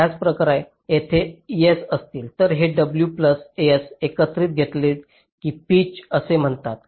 त्याचप्रकारे येथे येथे s असतील तर हे w प्लस s एकत्र घेतलेले पीच असे म्हणतात